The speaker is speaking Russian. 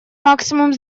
максимум